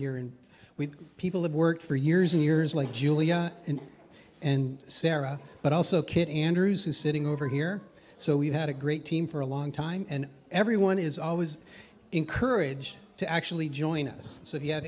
here and with people have worked for years and years like julia and sarah but also kid andrew sitting over here so we've had a great team for a long time and everyone is always encouraged to actually join us so if you ha